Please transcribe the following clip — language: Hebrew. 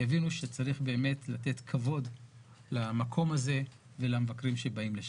יבינו שצריך לתת כבוד למקום הזה ולמבקרים שבאים לשם.